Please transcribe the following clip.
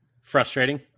Frustrating